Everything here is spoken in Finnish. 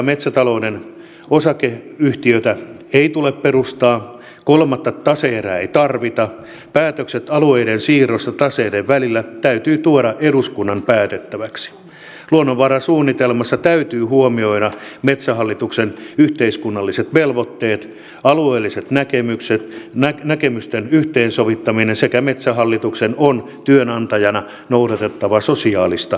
metsätalouden osakeyhtiötä ei tule perustaa kolmatta tase erää ei tarvita päätökset alueiden siirroista taseiden välillä täytyy tuoda eduskunnan päätettäväksi luonnonvarasuunnitelmassa täytyy huomioida metsähallituksen yhteiskunnalliset velvoitteet ja alueellisten näkemysten yhteensovittaminen sekä metsähallituksen on työnantajana noudatettava sosiaalista vastuuta